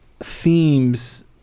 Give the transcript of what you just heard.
themes